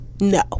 No